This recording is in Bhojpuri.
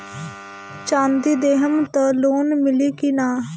चाँदी देहम त लोन मिली की ना?